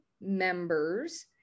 members